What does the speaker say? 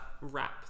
wrap